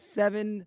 seven